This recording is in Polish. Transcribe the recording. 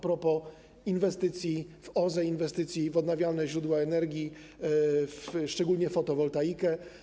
propos inwestycji w OZE, inwestycji w odnawialne źródła energii, szczególnie w fotowoltaikę.